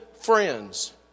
friends